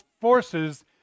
forces